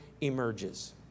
emerges